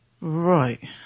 Right